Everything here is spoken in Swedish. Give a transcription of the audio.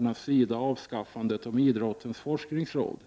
moderaterna, som vill avskaffa idrottens forskningsråd.